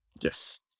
Yes